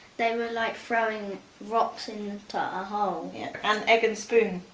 they were like throwing rocks into a hole. and egg and spoon.